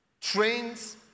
trains